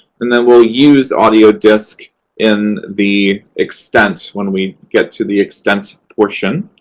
and then we'll use audio disc in the extent when we get to the extent portion.